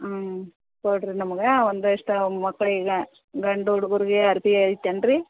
ಹ್ಞೂ ತೊಗೊಳ್ರಿ ನಮಗೆ ಒಂದು ಎಷ್ಟು ಮಕ್ಳಿಗೆ ಗಂಡು ಹುಡುಗರ್ಗೆ ಅರ್ವೆ ಐತೆನ್ರೀ